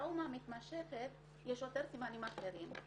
בטראומה מתמשכת יש סימנים אחרים,